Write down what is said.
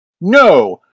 No